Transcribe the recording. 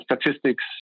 statistics